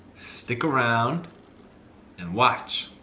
stick around and watch.